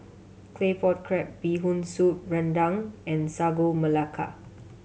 Claypot Crab Bee Hoon Soup rendang and Sagu Melaka